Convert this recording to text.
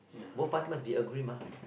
both part must be agree mah